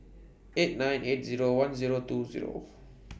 eight nine eight Zero one Zero two Zero